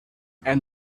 and